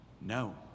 No